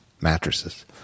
mattresses